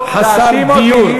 כל חסר דיור,